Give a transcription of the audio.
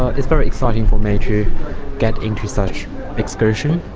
ah it's very exciting for me to get into such excursion.